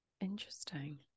interesting